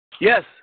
Yes